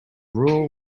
rule